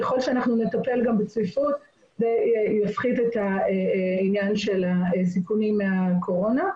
ככל שנטפל בצפיפות זה יפחית את הסיכונים מהקורונה.